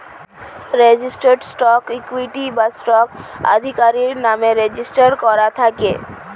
registered stock equity বা stock আধিকারির নামে রেজিস্টার করা থাকে